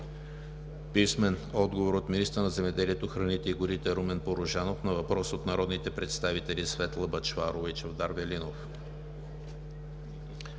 Виолета Желева; - министъра на земеделието, храните и горите Румен Порожанов на въпрос от народните представители Светла Бъчварова и Чавдар Велинов;